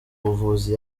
buvuzi